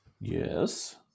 Yes